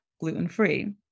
gluten-free